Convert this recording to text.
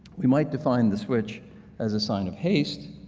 we might define the switch as a sign of haste.